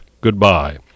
goodbye